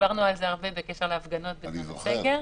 דיברנו על זה הרבה בקשר להפגנות בזמן הסגר.